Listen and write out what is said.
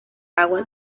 agua